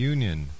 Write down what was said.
Union